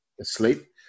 asleep